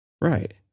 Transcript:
Right